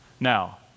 Now